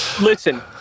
Listen